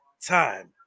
time